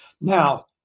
Now